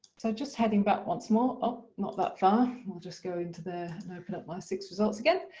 so just heading back once more. oh not that far. we'll just go into there and open up my six results again.